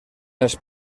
els